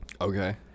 Okay